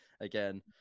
again